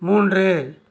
மூன்று